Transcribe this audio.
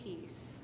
peace